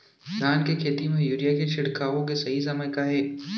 धान के खेती मा यूरिया के छिड़काओ के सही समय का हे?